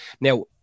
now